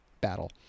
battle